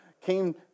came